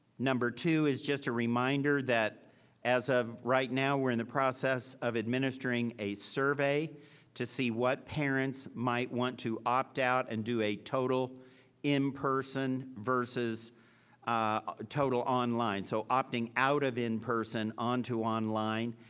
number two is just a reminder that as of right now, we're in the process of administering a survey to see what parents might want to opt out and do a total in-person versus a total online. so opting out of in-person, onto online.